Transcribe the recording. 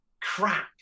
crap